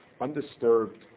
undisturbed